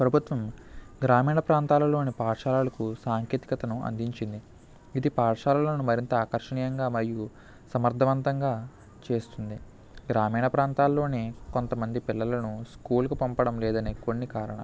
ప్రభుత్వం గ్రామీణ ప్రాంతాలలోని పాఠశాలలకు సాంకేతికతను అందించింది ఇది పాఠశాలలను మరింత ఆకర్షణయంగా మరియు సమర్థవంతంగా చేస్తుంది గ్రామీణ ప్రాంతాల్లోని కొంతమంది పిల్లలను స్కూల్కి పంపడం లేదని కొన్ని కారణాలు